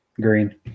Green